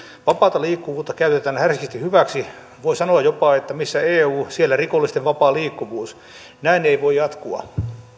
vapaata liikkuvuutta käytetään härskisti hyväksi voi jopa sanoa että missä eu siellä rikollisten vapaa liikkuvuus näin ei voi jatkua